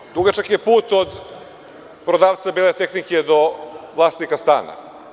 Znate, dugačak je put od prodavca bele tehnike do vlasnika stana.